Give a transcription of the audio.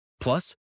Plus